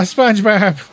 Spongebob